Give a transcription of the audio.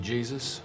Jesus